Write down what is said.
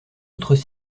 autres